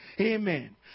Amen